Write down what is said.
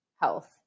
health